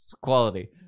quality